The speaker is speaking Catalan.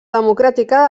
democràtica